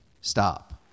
Stop